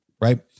right